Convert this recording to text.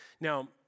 Now